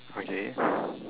okay